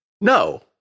no